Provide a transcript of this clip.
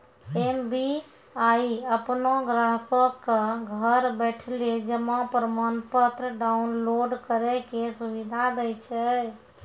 SBI अपनो ग्राहको क घर बैठले जमा प्रमाणपत्र डाउनलोड करै के सुविधा दै छै